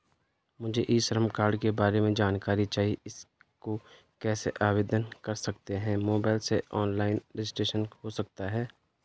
मुझे ई श्रम कार्ड के बारे में जानकारी चाहिए इसको कैसे आवेदन कर सकते हैं मोबाइल से ऑनलाइन रजिस्ट्रेशन हो सकता है?